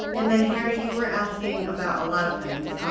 and then harry, you were asking about a lot of things,